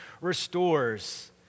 restores